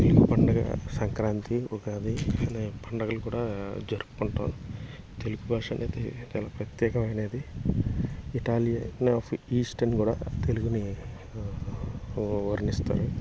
తెలుగు పండగ సంక్రాంతి ఉగాది అనే పండగలు కూడా జరుపుకుంటాం తెలుగు భాష అనేది చాలా ప్రత్యేకమైనది ఇటాలియన్ ఆఫ్ ఈస్ట అని కూడా తెలుగుని వర్ణిస్తారు